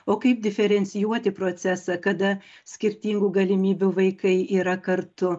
o kaip diferencijuoti procesą kada skirtingų galimybių vaikai yra kartu